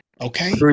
okay